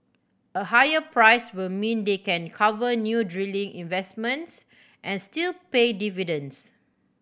a higher price will mean they can cover new drilling investments and still pay dividends